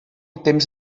temps